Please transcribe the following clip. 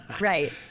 Right